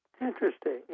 Interesting